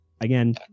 Again